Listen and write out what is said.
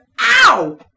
Ow